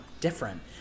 different